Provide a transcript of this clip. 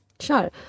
Sure